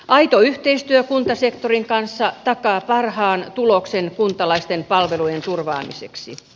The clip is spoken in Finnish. aito yhteistyö kuntasektorin kanssa takaa parhaan tuloksen kuntalaisten palveluiden turvaamiseksi